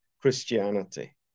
Christianity